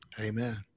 Amen